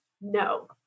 no